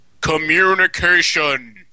Communication